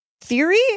theory